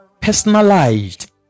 personalized